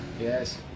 Yes